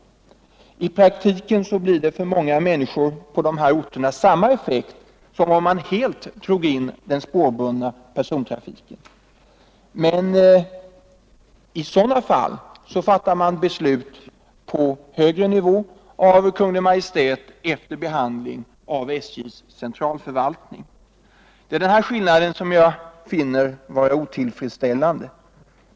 I praktiken blir det för många människor på dessa orter samma effekt som om man helt drog in den spårbundna persontrafiken. Men i sådana fall fattas besluten på högre nivå av Kungl. Maj:t efter behandling av SJ:s centralförvaltning. Det är denna skillnad som jag finner otillfredsställande.